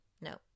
no